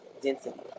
density